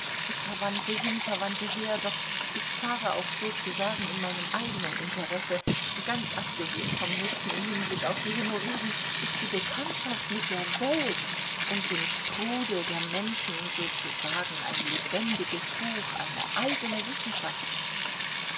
verwandte hin verwandte her doch ich fahre auch sozusagen in meinem eigenen interesse ganz abgesehen vom nutzen im hinblick auf die hämorrhoiden ist die bekanntschaft mit der welt und dem strudel der menschen sozusagen ein lebendiges buch eine eigene wissenschaft